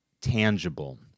tangible